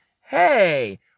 Hey